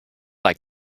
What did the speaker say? like